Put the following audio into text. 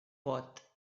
bot